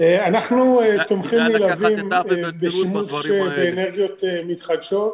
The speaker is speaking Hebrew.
אנחנו תומכים נלהבים בשימוש באנרגיות מתחדשות,